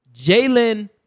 Jalen